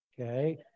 Okay